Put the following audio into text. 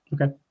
Okay